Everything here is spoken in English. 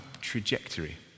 trajectory